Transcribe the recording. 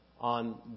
on